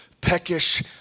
peckish